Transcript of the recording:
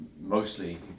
mostly